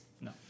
No